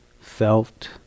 felt